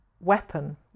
weapon